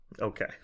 Okay